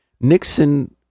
Nixon